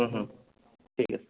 ঠিক আছে